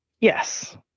yes